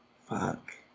Fuck